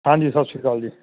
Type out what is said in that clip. ਹਾਂਜੀ ਸਤਿ ਸ਼੍ਰੀ ਅਕਾਲ ਜੀ